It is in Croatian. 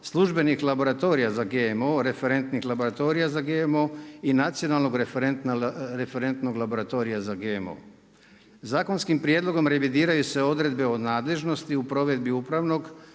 službenih laboratorija za GMO, referentnih laboratorija za GMO i nacionalnog referentnog laboratorija za GMO. Zakonskim prijedlogom revidiraju se odredbe o nadležnosti u provedbi upravnog